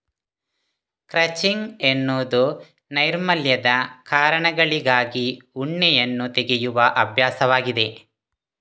crutching ಎನ್ನುವುದು ನೈರ್ಮಲ್ಯದ ಕಾರಣಗಳಿಗಾಗಿ ಉಣ್ಣೆಯನ್ನು ತೆಗೆಯುವ ಅಭ್ಯಾಸವಾಗಿದೆ